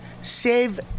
save